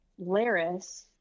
Laris